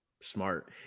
Smart